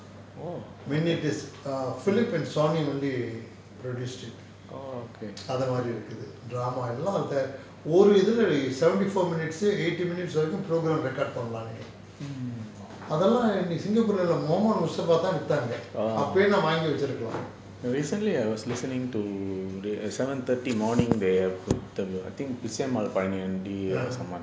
mini disk Phillips and Sony mainly produced it அதமாரி இருக்குது:athamari irukuthu drama lah அந்த ஓரிதுல:antha orithula seventy four minutes lah eighty minutes வரைக்கும்:varaikum program record பண்ணலாம் நீங்க அதல்லாம்:pannalam neenga athalaam singapore leh உள்ள:ulla mm பாத்து தான் வித்தாங்க அப்பவே நா வாங்கி வச்சிருக்கலாம்:paathu than viththanga appavae naa vaangi vachirukalam